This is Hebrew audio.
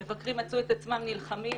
מבקרים מצאו את עצמם נלחמים.